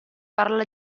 parla